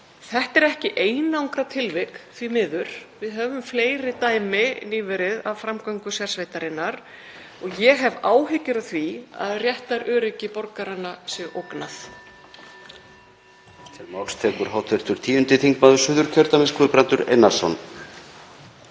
þetta er ekki einangrað tilvik, því miður, við höfum fleiri dæmi nýverið af framgöngu sérsveitarinnar og ég hef áhyggjur af því að réttaröryggi borgaranna sé ógnað.